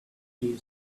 still